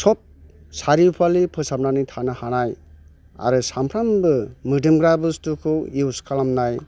सारिय'फाले फोसाबनानै थानो हानाय आरो सामफ्रोमबो मोदोमग्रा बस्थुखौ इउस खालामनाय